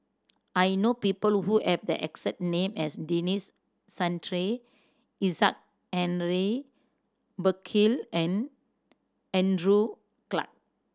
I know people who have the exact name as Denis Santry Isaac Henry Burkill and Andrew Clarke